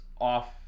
off